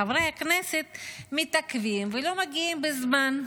חברי הכנסת מתעכבים ולא מגיעים בזמן.